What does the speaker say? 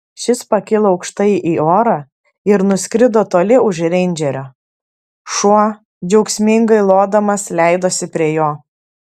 šis pakilo aukštai į orą ir nuskrido toli už reindžerio šuo džiaugsmingai lodamas leidosi prie jo